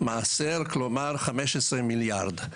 כלומר 15 מיליארד.